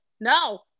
no